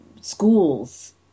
schools